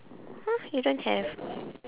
!huh! you don't have